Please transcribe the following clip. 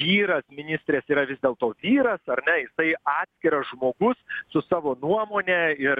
vyras ministrės yra vis dėlto vyras ar ne jisai atskiras žmogus su savo nuomone ir